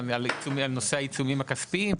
על נושא העיצומים הכספיים,